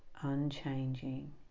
unchanging